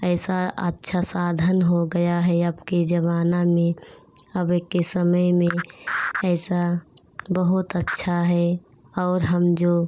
ऐसा अच्छा साधन हो गया है अब के ज़माना में अब के समय में ऐसा बहुत अच्छा है और हम जो